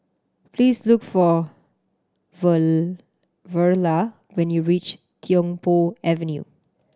please look for for Verla when you reach Tiong Poh Avenue